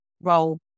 role